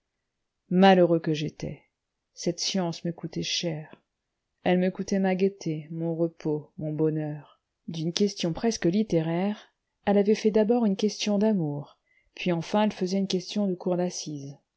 malheureux que j'étais cette science me coûtait cher elle me coûtait ma gaieté mon repos mon bonheur d'une question presque littéraire elle avait fait d'abord une question d'amour puis enfin elle faisait une question de cour d'assises